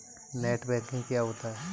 Net banking क्या होता है?